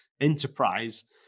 enterprise